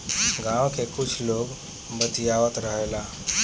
गाँव के कुछ लोग बतियावत रहेलो